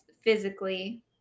physically